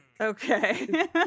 Okay